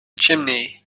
chimney